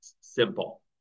simple